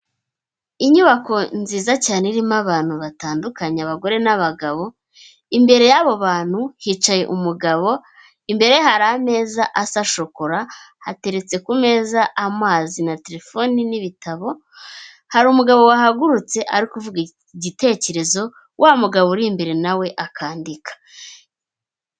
Inyubako nziza cyane irimo abantu batandukanye, abagore n'abagabo, imbere y'abo bantu hicaye umugabo, imbere hari ameza asa shokora, hateretse ku meza amazi na telefoni n'ibitabo, hari umugabo wahagurutse ari kuvuga igitekerezo, wa mugabo uri imbere nawe akandika.